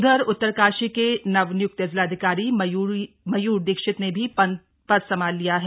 उधर उत्तरकाशी के नवनियुक्त जिलाधिकारी मयूर दीक्षित ने भी पद संभाल लिया है